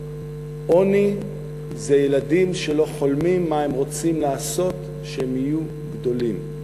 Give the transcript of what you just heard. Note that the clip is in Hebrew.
עוני זה ילדים שלא חולמים מה הם רוצים לעשות כשהם יהיו גדולים.